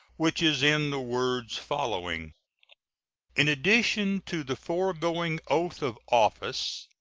which is in the words following in addition to the foregoing oath of office,